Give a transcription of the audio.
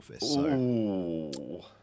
office